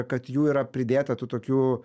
kad jų yra pridėta tų tokių